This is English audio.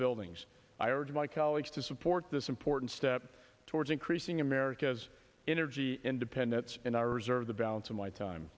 buildings i urge my colleagues to support this important step towards increasing america's energy independence and i reserve the balance of my time